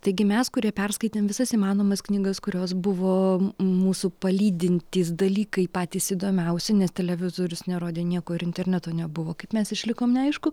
taigi mes kurie perskaitėm visas įmanomas knygas kurios buvo mūsų palydintys dalykai patys įdomiausi nes televizorius nerodė nieko ir interneto nebuvo kaip mes išlikom neaišku